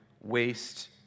waste